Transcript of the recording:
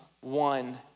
one